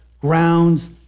grounds